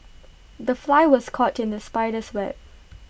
the fly was caught in the spider's web